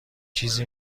چیزی